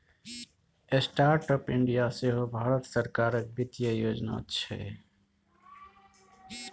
startup India सेहो भारत सरकारक बित्तीय योजना छै